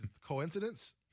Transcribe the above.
coincidence